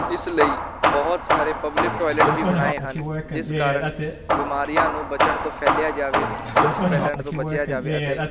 ਇਸ ਲਈ ਬਹੁਤ ਸਾਰੇ ਪਬਲਿਕ ਟੋਇਲਟ ਵੀ ਬਣਾਏ ਹਨ ਜਿਸ ਕਾਰਨ ਬਿਮਾਰੀਆਂ ਨੂੰ ਬਚਣ ਤੋਂ ਫੈਲਿਆ ਜਾਵੇ ਫੈਲਣ ਤੋਂ ਬਚਿਆ ਜਾਵੇ ਅਤੇ